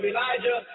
Elijah